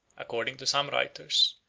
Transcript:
according to some writers,